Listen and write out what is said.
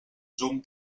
zoom